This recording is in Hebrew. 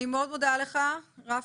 אני מאוד מודה לך רפי.